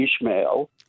Ishmael